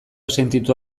sentitu